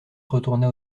retourna